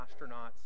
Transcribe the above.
astronauts